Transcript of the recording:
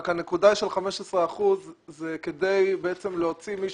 הנקודה של 15 אחוזים היא כדי להוציא מי